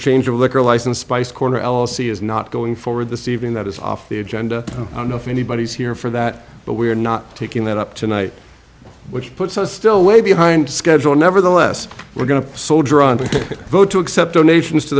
change a liquor license spice corner l c is not going forward this evening that is off the agenda i don't know if anybody's here for that but we're not picking that up tonight which puts us still way behind schedule nevertheless we're going to soldier on to go to accept donations to